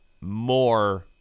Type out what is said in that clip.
more